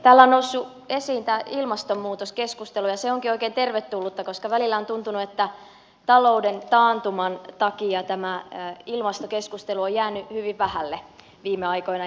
täällä on noussut esiin tämä ilmastonmuutoskeskustelu ja se onkin oikein tervetullutta koska välillä on tuntunut että talouden taantuman takia tämä ilmastokeskustelu on jäänyt hyvin vähälle viime aikoina